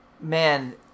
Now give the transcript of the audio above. man